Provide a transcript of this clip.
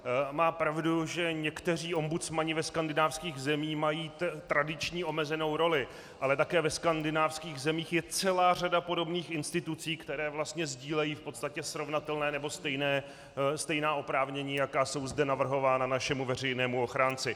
On má pravdu, že někteří ombudsmani ve skandinávských zemích mají tradiční omezenou roli, ale také ve skandinávských zemích je celá řada podobných institucí, které vlastně sdílejí v podstatě srovnatelná nebo stejná oprávnění, jaká jsou zde navrhována našemu veřejnému ochránci.